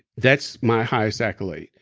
that's my highest accolade.